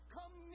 Come